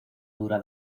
dura